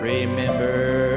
Remember